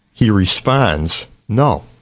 he responds, no.